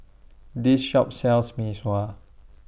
This Shop sells Mee Sua